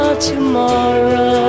tomorrow